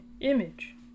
image